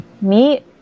meet